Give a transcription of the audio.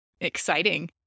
exciting